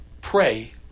pray